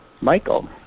Michael